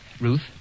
Ruth